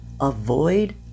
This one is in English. avoid